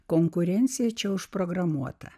konkurencija čia užprogramuota